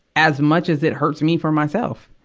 as much as it hurts me for myself.